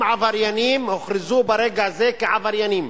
הם הוכרזו ברגע זה כעבריינים.